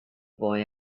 boy